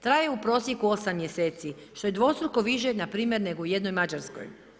Traje u prosjeku 8 mjeseci, što je dvostruko više npr. nego u jednoj Mađarskoj.